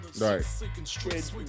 right